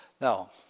Now